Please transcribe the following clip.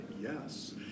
Yes